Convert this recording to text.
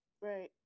Right